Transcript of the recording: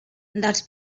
dels